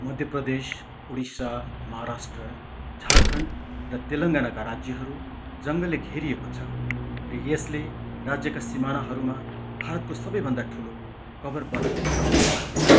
मध्य प्रदेश उडिसा महाराष्ट्र झारखन्ड र तेलङ्गानाका राज्यहरू जङ्गलले घेरिएको छ र यसले राज्यका सिमानाहरूमा भारतको सबैभन्दा ठुलो कभर वन बनाउँछ